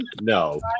No